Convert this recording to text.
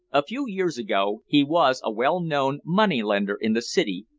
a few years ago he was a well-known money-lender in the city,